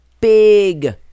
big